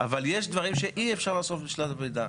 ואז יש לך גם אפשרות ללכת לבית משפט.